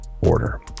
order